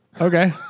okay